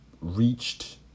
reached